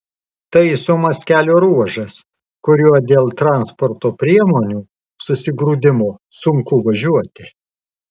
taisomas kelio ruožas kuriuo dėl transporto priemonių susigrūdimo sunku važiuoti